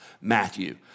Matthew